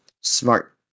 smart